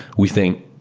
we think,